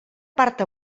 part